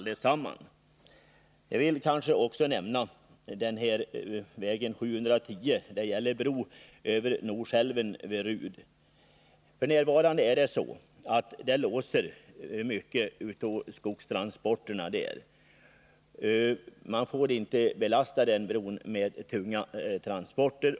Jag skulle också vilja nämna väg 710 och bron över Norsälven vid Rud. F.n. låses mycket av skogstransporterna där, eftersom man inte får belasta bron med tunga transporter.